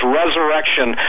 resurrection